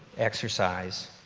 exercise.